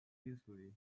easily